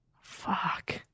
Fuck